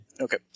Okay